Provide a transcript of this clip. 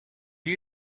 you